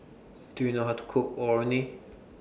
Do YOU know How to Cook Orh Nee